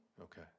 Okay